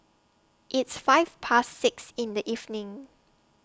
its five Past six in The evening